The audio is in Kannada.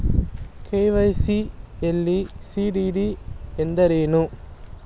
ಕೆ.ವೈ.ಸಿ ಯಲ್ಲಿ ಸಿ.ಡಿ.ಡಿ ಎಂದರೇನು?